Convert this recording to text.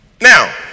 Now